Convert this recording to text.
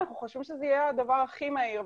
האם צריכים לכלול עוד חיילים,